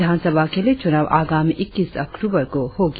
विधानसभा के लिए चुनाव आगामी इक्कीस अक्टूबर को होगी